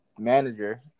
manager